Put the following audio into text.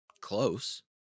close